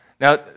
Now